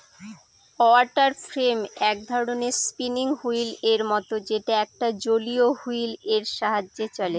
water frame এক ধরনের spinning wheel এর মত যেটা একটা জলীয় হুইল এর সাহায্যে চলে